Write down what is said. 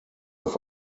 auf